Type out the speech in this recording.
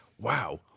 wow